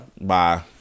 Bye